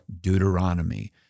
Deuteronomy